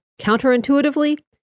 counterintuitively